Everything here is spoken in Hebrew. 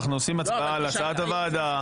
אנחנו עושים הצבעה על הצעת הוועדה.